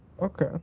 Okay